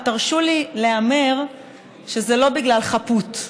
תרשו לי להמר שזה לא בגלל חפות,